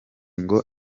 ngo